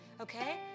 okay